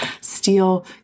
steal